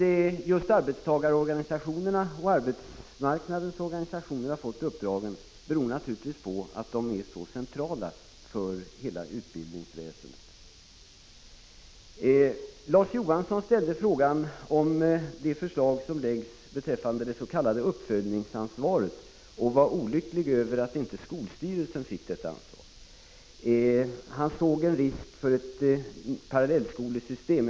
Att just arbetstagarorganisationerna och arbetsmarknadens organisationer i övrigt har fått uppdragen beror naturligtvis på att de är så centrala för hela utbildningsväsendet. Larz Johansson ställde en fråga om det förslag som framlagts beträffande det s.k. uppföljningsansvaret och var olycklig över att inte skolstyrelsen får detta ansvar. Han såg en risk för ett parallellskolesystem.